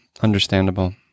understandable